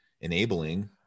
enabling